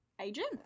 agent